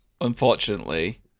Unfortunately